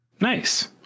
nice